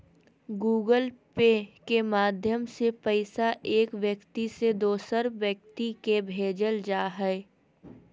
Google Pay के माध्यम से पैसा एक व्यक्ति से दोसर व्यक्ति के भेजल जा हय